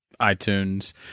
iTunes